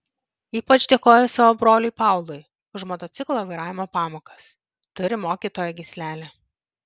ypač dėkoju savo broliui paului už motociklo vairavimo pamokas turi mokytojo gyslelę